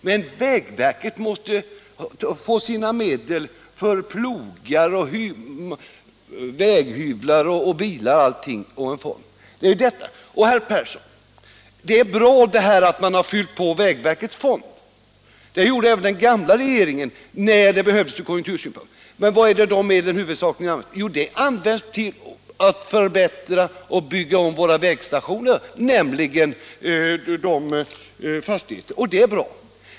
Men vägverket måste få sina medel till plogar, väghyvlar och bilar från en fond. Det är bra att man har fyllt på vägverkets fond, herr Persson. Det gjorde även den gamla regeringen när det behövdes från konjunktursynpunkt. Men vad är det de medlen huvudsakligen används till? Jo, till att förbättra och bygga om våra vägstationer. Och det är bra.